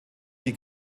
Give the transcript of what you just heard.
die